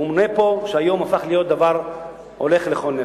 הוא מונה פה, והיום הפך להיות דבר שווה לכל נפש.